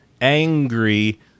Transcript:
angry